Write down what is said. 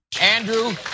Andrew